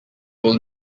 will